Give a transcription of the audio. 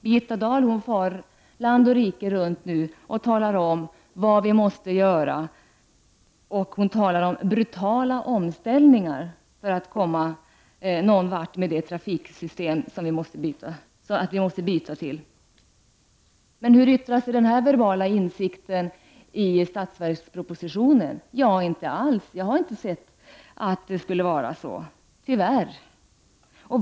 Birgitta Dahl far land och rike runt och talar om vad vi måste göra och om brutala omställningar för att vi skall komma någon vart när det gäller det trafiksystem som vi måste byta till. Men hur yttrar sig denna verbala insikt i statsverkspropositionen? Inte alls! Jag har tyvärr inte sett att den finns där.